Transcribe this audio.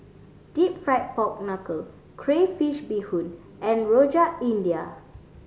Deep Fried Pork Knuckle crayfish beehoon and Rojak India